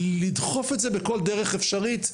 ולדחוף את זה בכל דרך אפשרית,